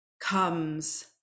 comes